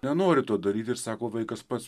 nenori to daryt ir sako vaikas pats